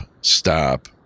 stop